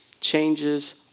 changes